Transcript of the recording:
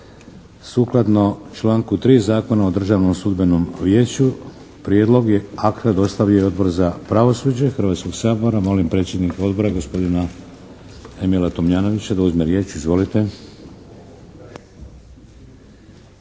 Sukladno članku 3. Zakona o Državnom sudbenom vijeću, prijedlog je akta dostavio Odbor za pravosuđe Hrvatskoga sabora. Molim predsjednika Odbora, gospodina Emila Tomljanovića da uzme riječ. Izvolite.